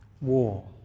War